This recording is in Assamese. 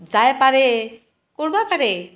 যায় পাৰে কৰবা পাৰে